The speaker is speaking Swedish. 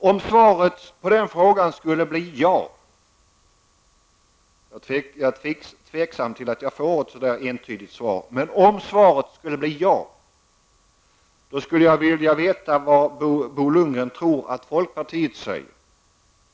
Om svaret på den frågan skulle bli ja -- jag tvivlar på att jag får ett entydigt svar -- vad tror då Bo Lundgren att folkpartiet säger?